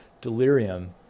Delirium